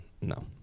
No